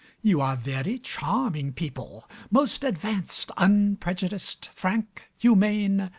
you are very charming people, most advanced, unprejudiced, frank, humane,